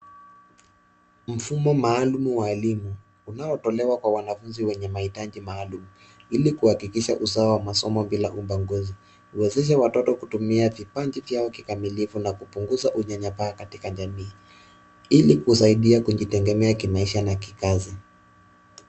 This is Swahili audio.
Mfumo maalum wa elimu unaotolewa kwa wanafunzi wenye mahitaji maalum ili kuhakikisha usawa wa masomo bila ubaguzi ,kuwezesha watoto kutumia vipaji vyao kikamilifu na kupunguza unyanyapaa katika jamii ili kusaidie kujitegemea kimaisha na kikazi.